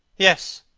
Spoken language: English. yes,